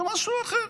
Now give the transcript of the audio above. משהו אחר.